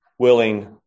willing